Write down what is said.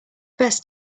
best